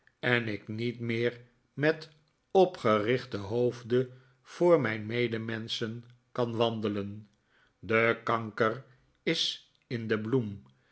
en ik niet meer met opgerichten hoofde voor mijn medemenschen kan wandelen de kanker is in de bloem